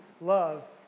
love